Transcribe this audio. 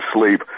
sleep